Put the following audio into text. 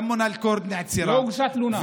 גם מונא אל-כורד נעצרה, לא הוגשה תלונה.